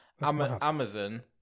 Amazon